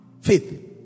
faith